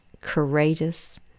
courageous